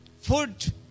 food